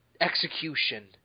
execution